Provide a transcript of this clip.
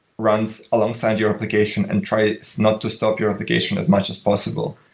runs alongside your application and tries not to stop your application as much as possible.